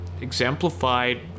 exemplified